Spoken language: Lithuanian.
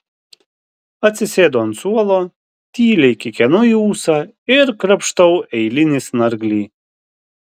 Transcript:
atsisėdu ant suolo tyliai kikenu į ūsą ir krapštau eilinį snarglį